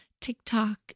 TikTok